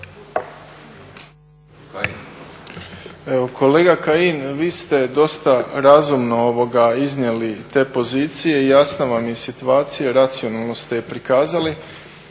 kolega Kajin, vi ste dosta razumno iznijeli te pozicije i jasna vam je situacija, racionalno ste je prikazali.